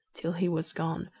till he was gone,